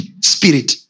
Spirit